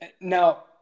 now